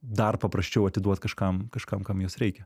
dar paprasčiau atiduot kažkam kažkam kam jos reikia